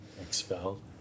Expelled